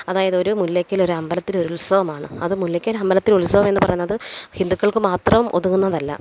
അതായത് ഒരു മുല്ലയ്ക്കല് ഒരു അമ്പലത്തിലെ ഒരു ഉല്സവമാണ് അത് മുല്ലയ്ക്കല് അമ്പലത്തിലെ ഉല്സവം എന്ന് പറയുന്നത് ഹിന്ദുക്കള്ക്ക് മാത്രം ഒതുങ്ങുന്നതല്ല